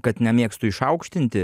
kad nemėgstu išaukštinti